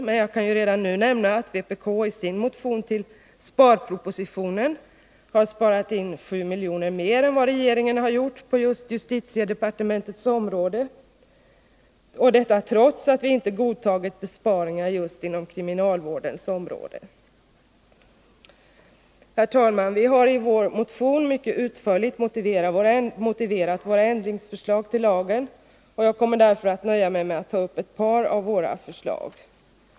Men jag kan redan nu nämna att vpk i sin motion till sparpropositionen har sparat in 7 miljoner mer än vad regeringen har gjort på just justitiedepartementets område, detta trots att vi inte godtagit besparingar inom kriminalvårdens område. Herr talman! Vi har i vår motion mycket utförligt motiverat våra förslag till ändringar i lagen. Jag kommer därför att nöja mig med att ta upp ett par av våra förslag.